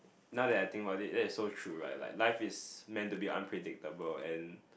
now that I think about it that is so true right like like life is meant to be unpredictable and